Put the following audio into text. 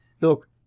look